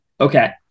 Okay